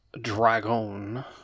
dragon